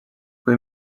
kui